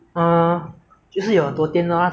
你要西餐有那个 Collin's ah